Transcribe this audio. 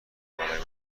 برای